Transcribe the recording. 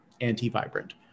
anti-vibrant